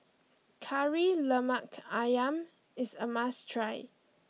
Kari Lemak Ayam is a must try